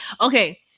Okay